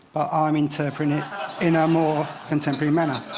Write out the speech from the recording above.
ah i'm interpreting it in a more contemporary manner.